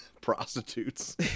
prostitutes